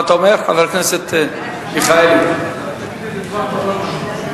תגיד איזה דבר תורה.